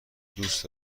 دوست